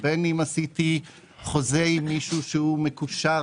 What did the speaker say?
ובין אם עשיתי חוזה עם מישהו שהוא מקושר,